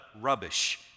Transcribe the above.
rubbish